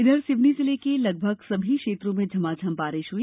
इधर सिवनी जिले के लगभग सभी क्षेत्रों में झमाझम बारिश हुई